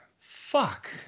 fuck